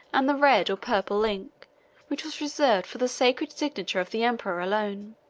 and the red or purple ink which was reserved for the sacred signature of the emperor alone.